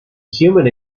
human